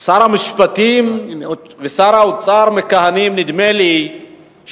נדמה לי ששר המשפטים ושר האוצר מכהנים שנתיים.